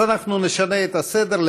אז אנחנו נשנה את הסדר.